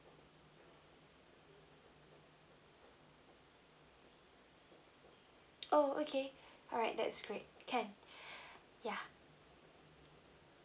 oh okay alright that's great can yeah